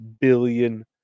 billion